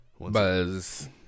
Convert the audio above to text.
Buzz